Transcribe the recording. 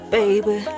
baby